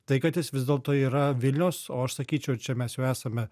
tai kad jis vis dėlto yra vilniaus o aš sakyčiau čia mes jau esame